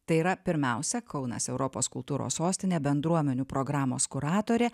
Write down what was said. tai yra pirmiausia kaunas europos kultūros sostinė bendruomenių programos kuratorė